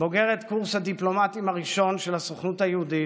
בוגרת קורס הדיפלומטים הראשון של הסוכנות היהודית,